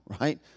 Right